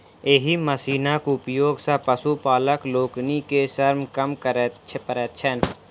एहि मशीनक उपयोग सॅ पशुपालक लोकनि के श्रम कम करय पड़ैत छैन